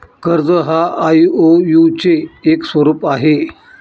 कर्ज हा आई.ओ.यु चे एक स्वरूप आहे